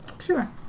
Sure